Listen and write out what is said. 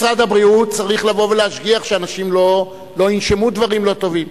משרד הבריאות צריך לבוא ולהשגיח שאנשים לא ינשמו דברים לא טובים.